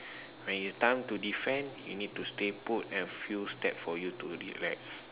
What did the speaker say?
when you time to defend you need to stay put and few steps for you to relax